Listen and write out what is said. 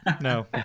No